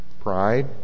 pride